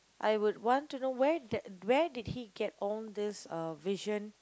I would want to know where that where did he get all this uh vision